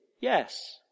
Yes